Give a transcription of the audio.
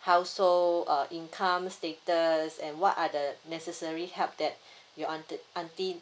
household uh income status and what are the necessary help that your aunt aunty